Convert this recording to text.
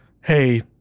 hey